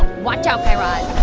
watch out, guy raz.